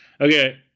Okay